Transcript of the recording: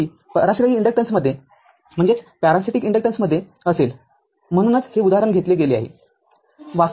तरती पराश्रयी इन्डक्टन्समध्ये असेल म्हणूनच हे उदाहरण घेतले गेले आहे